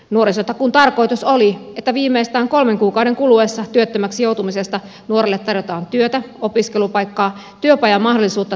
nuorisotakuun tarkoitus oli että viimeistään kolmen kuukauden kuluessa työttömäksi joutumisesta nuorelle tarjotaan työtä opiskelupaikkaa työpajamahdollisuutta tai kuntoutusta